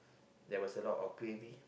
there was a lot of gravy